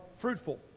fruitful